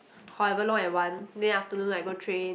however long I want then afternoon I go train